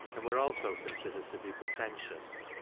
and were also considered to be pretentious,